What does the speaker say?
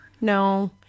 No